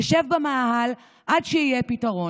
נשב במאהל עד שיהיה פתרון.